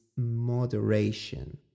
Moderation